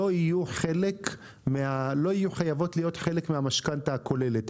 לא יהיו חייבות להיות חלק מהמשכנתא הכוללת.